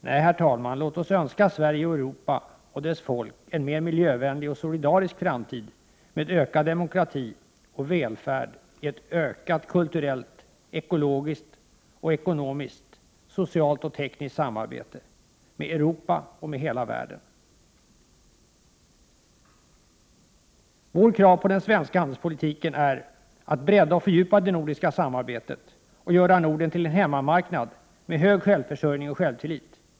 Nej, herr talman, låt oss önska folken i Sverige och i Europa en mer miljövänlig och solidarisk framtid, med ökad demokrati och välfärd i ett ökat kulturellt, ekologiskt och ekonomiskt, socialt och tekniskt samarbete inom Europa och med hela världen. Våra krav på den svenska handelspolitiken är att vi skall bredda och fördjupa det nordiska samarbetet och göra Norden till en hemmamarknad med hög självförsörjning och stor självtillit.